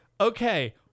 okay